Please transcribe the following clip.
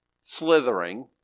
slithering